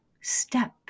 step